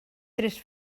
tres